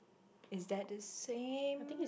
is that the same